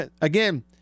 again